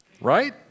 right